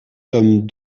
tome